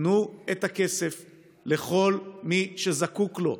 תנו את הכסף לכל מי שזקוק לו.